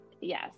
Yes